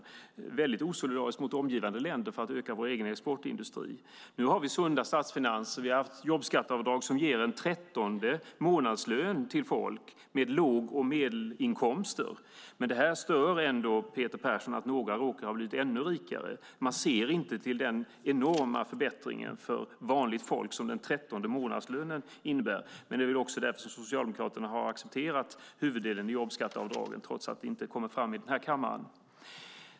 Det var väldigt osolidariskt mot omgivande länder för att öka vår egen exportindustri. Nu har vi sunda statsfinanser. Vi har haft jobbskatteavdrag som ger en trettonde månadslön till folk med låga inkomster och medelinkomster. Men det stör ändå Peter Persson att några råkar ha blivit ännu rikare. Man ser inte till den enorma förbättringen för vanligt folk som den trettonde månadslönen innebär. Men det är väl också därför som Socialdemokraterna har accepterat huvuddelen av jobbskatteavdragen, trots att det inte kommer fram här i kammaren.